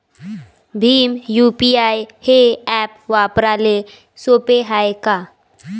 Bhim UPI हे app वापराले सोपे हाय का?